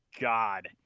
God